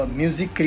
music